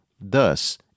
thus